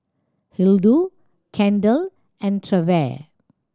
Hildur Kendell and Trever